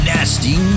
Nasty